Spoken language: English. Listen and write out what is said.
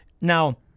now